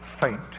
faint